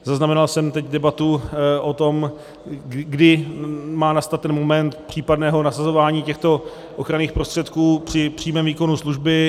Zaznamenal jsem teď debatu o tom, kdy má nastat ten moment případného nasazování těchto ochranných prostředků při přímém výkonu služby.